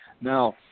Now